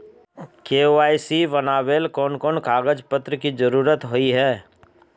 KYC बनावेल कोन कोन कागज पत्र की जरूरत होय है?